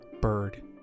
bird